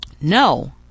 No